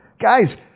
Guys